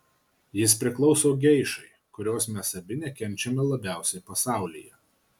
jis priklauso geišai kurios mes abi nekenčiame labiausiai pasaulyje